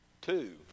Two